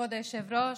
כבוד היושב-ראש,